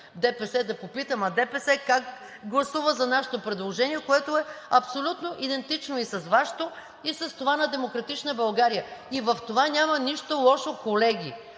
ДПС, да попитам: а ДПС как гласува за нашето предложение, което е абсолютно идентично и с Вашето, и с това на „Демократична България“. В това няма нищо лошо, колеги.